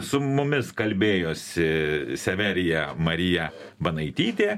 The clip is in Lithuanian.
su mumis kalbėjosi severija marija banaitytė